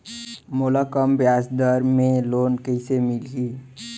मोला कम ब्याजदर में लोन कइसे मिलही?